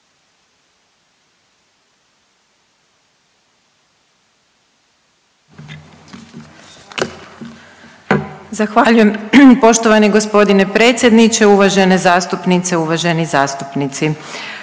Zahvaljujem poštovani g. predsjedniče. Uvažene zastupnice i uvaženi zastupnici,